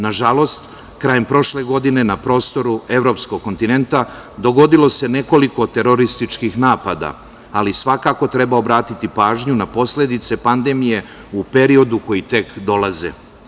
Na žalost krajem prošle godine na prostoru evropskog kontinenta dogodilo se nekoliko terorističkih napada, ali svakako treba obratiti pažnju na posledice pandemije u periodu koji tek dolazi.